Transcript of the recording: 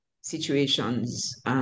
situations